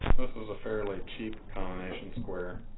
this was a fairly cheap combination square.